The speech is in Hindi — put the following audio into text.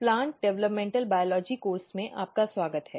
प्लांट डेवलपमेंट बायोलॉजी कोर्स में आपका स्वागत है